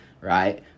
right